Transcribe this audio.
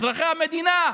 אזרחי המדינה?